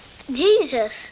Jesus